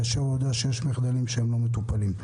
כאשר הוא יודע שיש מחדלים שלא מטופלים.